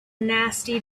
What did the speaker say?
nasty